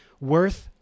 worth